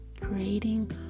Creating